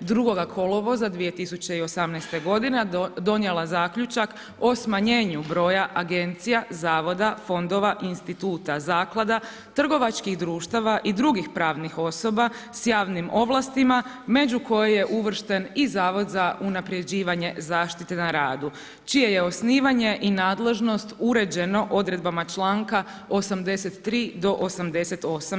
2. kolovoza 2018. g. donijela zaključak o smanjenju broja agencija, zavoda, fondova, instituta, zaklada, trgovačkih društava i drugih pravnih osoba sa javnim ovlastima među koje je uvršten i Zavod za unaprjeđivanje zaštite na radu čije je osnivanje i nadležnost uređeno odredbama članka 83. do 88.